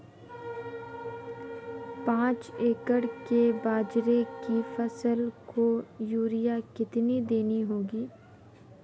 पांच एकड़ में बाजरे की फसल को यूरिया कितनी देनी होगी?